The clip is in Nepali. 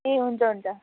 ए हुन्छ हुन्छ